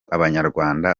abanyarwanda